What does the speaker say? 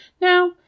Now